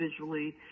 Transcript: visually